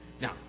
Now